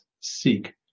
seek